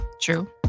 True